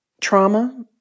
trauma